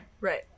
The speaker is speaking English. Right